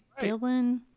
Dylan